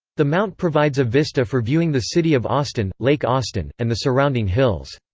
the mount provides a vista for viewing the city of austin, lake austin, and the surrounding hills.